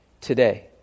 today